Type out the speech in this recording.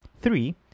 Three